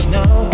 now